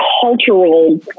Cultural